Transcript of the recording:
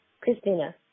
Christina